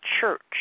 church